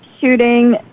shooting